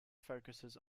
focuses